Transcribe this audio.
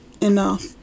enough